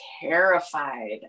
terrified